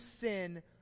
sin